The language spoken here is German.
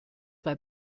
bei